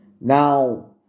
Now